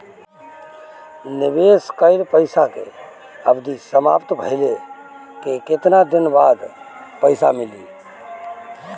निवेश कइल पइसा के अवधि समाप्त भइले के केतना दिन बाद पइसा मिली?